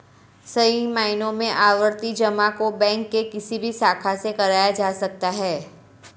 सही मायनों में आवर्ती जमा को बैंक के किसी भी शाखा से कराया जा सकता है